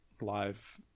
live